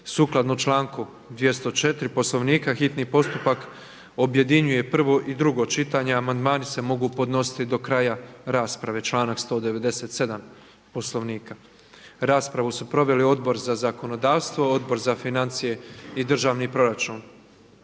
Sukladno članku 204. Poslovnika hitni postupak objedinjuje prvo i drugo čitanje a amandmani se mogu podnositi do kraja rasprave sukladno članku 197. Poslovnika. Raspravu su proveli Odbor za zakonodavstvo, Odbor za prostorno